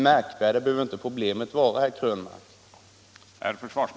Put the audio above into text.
Märkvärdigare behöver inte det hela vara, herr Krönmark.